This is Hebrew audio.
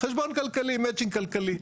חשבון כלכלי, מצ'ינג כלכלי.